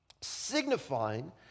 signifying